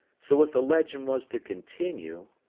so if the legend was to continue.